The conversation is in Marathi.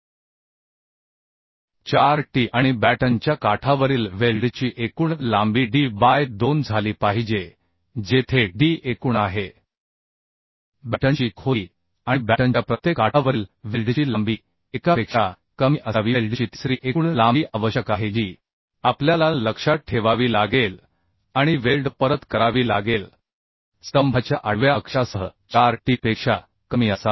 4 T आणि बॅटनच्या काठावरील वेल्डची एकूण लांबी D बाय 2 झाली पाहिजे जेथे D एकूण आहे बॅटनची खोली आणि बॅटनच्या प्रत्येक काठावरील वेल्डची लांबी एकापेक्षा कमी असावी वेल्डची तिसरी एकूण लांबी आवश्यक आहे जी आपल्याला लक्षात ठेवावी लागेल आणि वेल्ड परत करावी लागेल स्तंभाच्या आडव्या अक्षासह 4 T पेक्षा कमी असावे